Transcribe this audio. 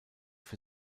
für